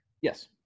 Yes